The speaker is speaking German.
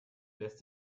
lässt